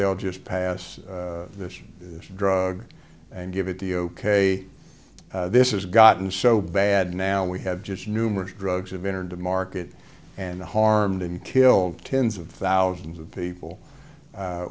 they'll just pass this drug and give it the ok this is gotten so bad now we have just numerous drugs have entered the market and harmed and kill tens of thousands of people